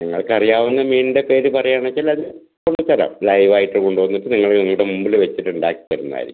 നിങ്ങൾക്ക് അറിയാവുന്ന മീനിൻ്റെ പേര് പറയുകയാണെന്ന് വച്ചാൽ അത് കൊണ്ടുതരാം ലൈവ് ആയിട്ട് കൊണ്ട് വന്നിട്ട് നിങ്ങളെ ഇവിടെ മുമ്പിൽ വെച്ചിട്ട് ഉണ്ടാക്കി തരുന്നതായിരിക്കും